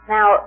Now